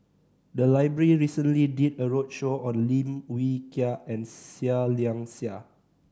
the library recently did a roadshow on Lim Wee Kiak and Seah Liang Seah